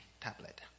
tablet